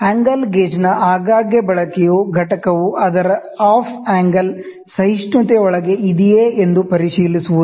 angle ಗೇಜ್ನ ಆಗಾಗ್ಗೆ ಬಳಕೆಯು ಘಟಕವು ಅದರ ಆಫ್ ಆಂಗಲ್ ಟೊಲೆರೆನ್ಸ್ ಒಳಗೆ ಇದೆಯೇ ಎಂದು ಪರಿಶೀಲಿಸುವುದು